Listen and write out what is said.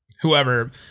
whoever